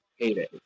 payday